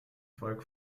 volk